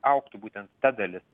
augtų būtent ta dalis